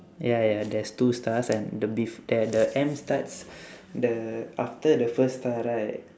ya ya there's two stars and the bef~ and the M starts the after the first star right